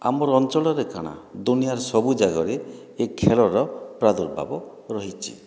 ଆମର ଅଞ୍ଚଳରେ କ'ଣ ଦୁନିଆର ସବୁ ଜାଗାରେ ଏ ଖେଳର ପ୍ରାଦୁର୍ଭାବ ରହିଛି